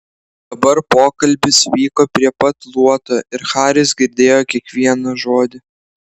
dabar pokalbis vyko prie pat luoto ir haris girdėjo kiekvieną žodį